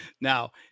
now